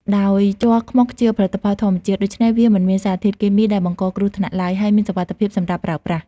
ដោយជ័រខ្មុកជាផលិតផលធម្មជាតិ ដូច្នេះវាមិនមានសារធាតុគីមីដែលបង្កគ្រោះថ្នាក់ឡើយ ហើយមានសុវត្ថិភាពសម្រាប់ប្រើប្រាស់។